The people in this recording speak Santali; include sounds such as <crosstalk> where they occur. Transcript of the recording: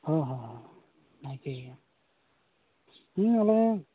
ᱦᱳ ᱦᱳ ᱦᱳᱭ ᱱᱟᱭᱠᱮ <unintelligible> ᱟᱞᱮ